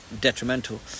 detrimental